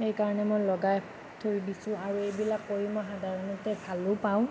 সেইকাৰণে মই লগাই থৈ দিছোঁ আৰু এইবিলাক কৰি মই সাধাৰণতে ভালো পাওঁ